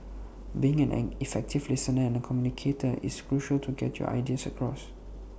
being an effective listener and communicator is crucial to get your ideas across